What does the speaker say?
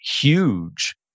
huge